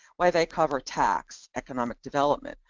why, they cover tax, economic development,